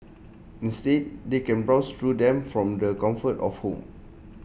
instead they can browse through them from the comfort of home